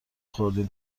خوردیم